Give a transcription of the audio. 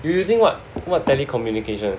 you using what what telecommunication